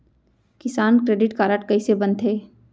किसान credit card कइसे बनथे?